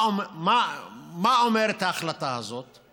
מה אומרת ההחלטה הזאת?